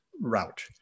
route